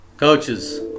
coaches